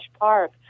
park